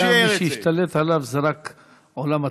וגם מי שישתלט עליו זה רק העולם התחתון.